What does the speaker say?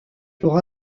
pour